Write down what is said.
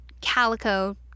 Calico